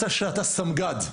שאתה סמג"ד.